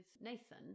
Nathan